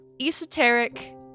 esoteric